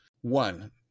One